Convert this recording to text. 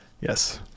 Yes